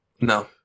no